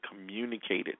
communicated